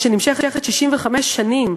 שנמשכת 65 שנים,